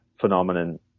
phenomenon